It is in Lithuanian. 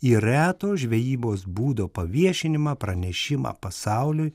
į reto žvejybos būdo paviešinimą pranešimą pasauliui